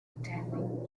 attending